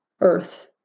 earth